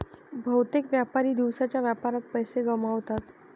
बहुतेक व्यापारी दिवसाच्या व्यापारात पैसे गमावतात